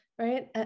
right